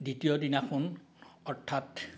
দ্বিতীয় দিনাখন অৰ্থাৎ